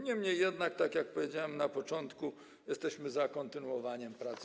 Niemniej jednak, tak jak powiedziałem na początku, jesteśmy za kontynuowaniem prac.